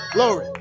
Glory